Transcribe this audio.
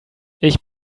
ich